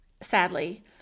sadly